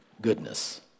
goodness